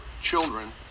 children